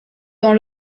dans